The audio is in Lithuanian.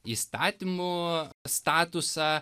įstatymų statusą